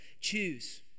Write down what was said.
choose